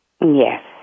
Yes